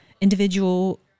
individual